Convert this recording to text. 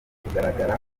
kugaragara